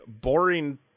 boring